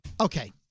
Okay